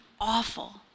awful